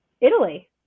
Italy